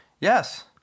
Yes